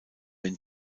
den